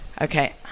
Okay